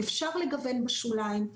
אפשר לגוון בשוליים,